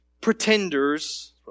pretenders